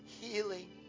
healing